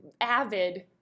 avid